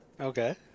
Okay